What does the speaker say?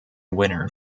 winner